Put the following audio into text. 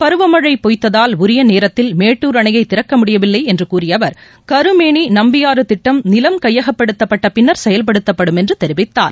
பருவமழை பொய்த்தால் உரிய நேரத்தில் மேட்டூர் அணையை திறக்க முடியவில்லை என்று கூறிய அவர் கருமேனி நம்பியாறு திட்டம் நிலம் கையகப்படுத்தப்பட்டபின்னர் செயல்படுத்தப்படும் என்று தெரிவித்தார்